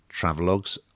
travelogues